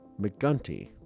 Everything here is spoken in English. McGunty